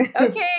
Okay